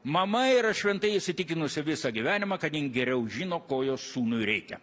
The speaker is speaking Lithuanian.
mama yra šventai įsitikinusi visą gyvenimą kad geriau žino ko jos sūnui reikia